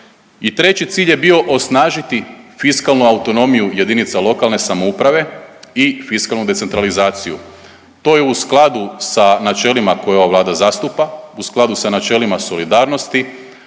treći cilj je bio osnažiti fiskalnu autonomiju jedinica lokalne samouprave i fiskalnu decentralizaciju, to je u skladu sa načelima koja ova Vlada zastupa, u skladu sa načelima solidarnosti,